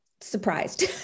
surprised